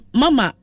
mama